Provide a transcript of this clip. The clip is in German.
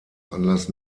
anlass